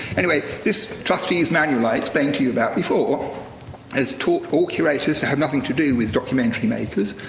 anyway, this trustees' manual i explained to you about before has taught all curators to have nothing to do with documentary makers,